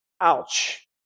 Ouch